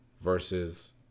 versus